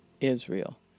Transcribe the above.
Israel